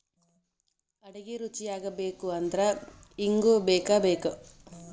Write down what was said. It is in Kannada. ಅಡಿಗಿ ರುಚಿಯಾಗಬೇಕು ಅಂದ್ರ ಇಂಗು ಬೇಕಬೇಕ